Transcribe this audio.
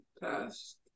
past